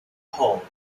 called